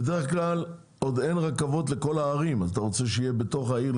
בדרך כלל עוד אין רכבות בתוך הערים אז אתה רוצה שזה יהיה לאצטדיון?